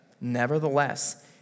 Nevertheless